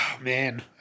Man